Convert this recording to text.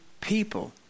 people